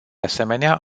asemenea